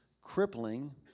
crippling